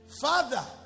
Father